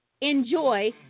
enjoy